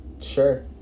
Sure